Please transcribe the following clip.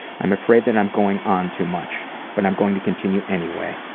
i'm afraid that i'm going on too much but i'm going to continue anyway.